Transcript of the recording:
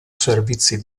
servizi